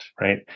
right